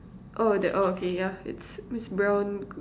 oh that oh okay yeah it's it's brown